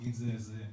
תמיד זה תקיפה,